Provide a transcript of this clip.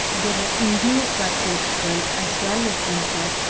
they were induced by principle, as well as interest,